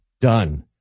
Done